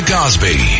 Cosby